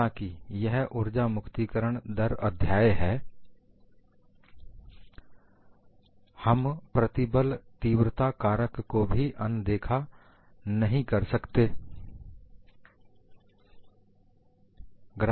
हालांकि यह ऊर्जा मुक्तिकरण दर अध्याय है हम प्रतिबल तीव्रता कारक को भी अनदेखा नहीं कर सकते हैं